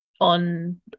on